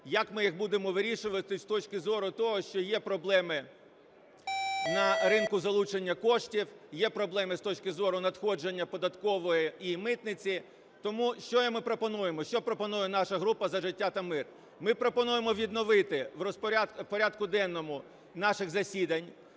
як ми їх будемо вирішувати з точки зору того, що є проблеми на ринку залучення коштів, є проблеми з точки зору надходження податкової і митниці. Тому, що ми пропонуємо? Що пропонує наша група "За життя та мир"? Ми пропонуємо відновити, в порядку денному наших засідань,